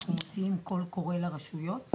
אנחנו מוציאים קול קורא לרשויות,